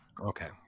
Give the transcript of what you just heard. Okay